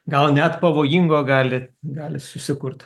gal net pavojingo gali gali susikurti